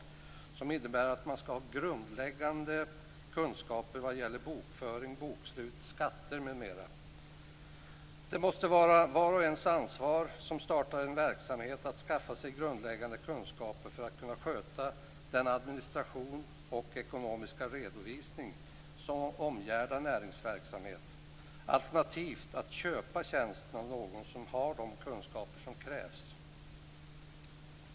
Det innebär att man skall ha grundläggande kunskaper vad gäller bokföring, bokslut, skatter m.m. Det måste vara var och ens ansvar som startar en verksamhet att skaffa sig grundläggande kunskaper för att kunna sköta den administration och ekonomiska redovisning som omgärdar näringsverksamhet, alternativt köpa tjänsten av någon som har de kunskaper som krävs.